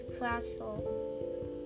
Castle